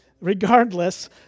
Regardless